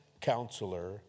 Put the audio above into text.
Counselor